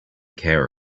care